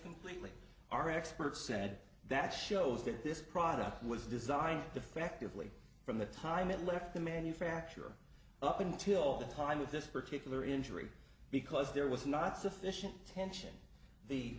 completely our experts said that shows that this product was designed effectively from the time it left the manufacturer up until the time with this particular injury because there was not sufficient attention t